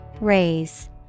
Raise